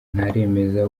ntaremeza